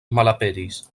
malaperis